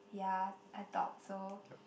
yeah I thought so